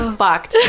fucked